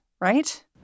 right